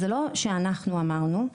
אז שלא שאנחנו אמרנו,